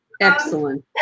Excellent